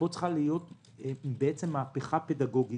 פה צריכה להיות מהפכה פדגוגית,